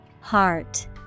Heart